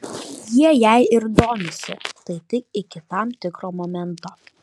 jie jei ir domisi tai tik iki tam tikro momento